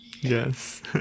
Yes